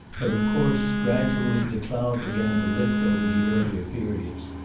but of course, gradually, the cloud began to lift over the earlier periods.